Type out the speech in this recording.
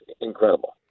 incredible